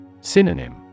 Synonym